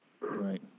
Right